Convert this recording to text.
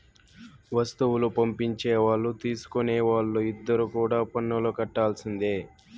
వస్తువులు పంపించే వాళ్ళు తీసుకునే వాళ్ళు ఇద్దరు కూడా పన్నులు కట్టాల్సిందే